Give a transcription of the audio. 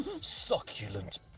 Succulent